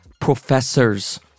professors